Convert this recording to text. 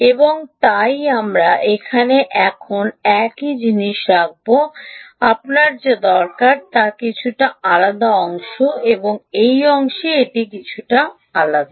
এবং তাই আমরা এখানে এখন একই জিনিস রাখব আপনার যা করা দরকার তা কিছুটা আলাদা এই অংশে এই অংশে এটি কিছুটা আলাদা